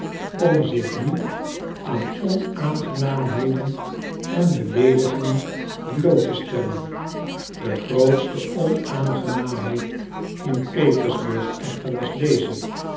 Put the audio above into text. om zich niet aan onaangenaamheden en beleedigingen bloot te stellen de grootste onaangenaamheid in petersburg echter was deze